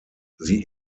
sie